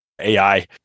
AI